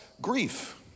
grief